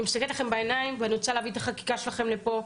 אני מסתכלת לכן בעיניים ואני רוצה להביא את החקיקה שלכן לפה,